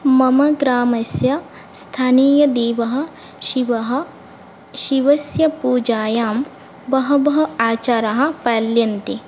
मम ग्रामस्य स्थानीयदेवः शिवः शिवस्य पूजायां बहवः आचाराः पाल्यन्ते